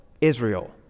Israel